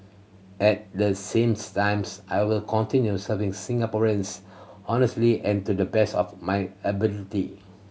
at the same times I will continue serving Singaporeans honestly and to the best of my ability